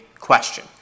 question